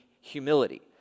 humility